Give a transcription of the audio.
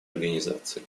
организации